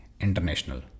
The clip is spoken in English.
International